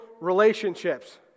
relationships